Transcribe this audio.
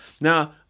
Now